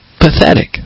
pathetic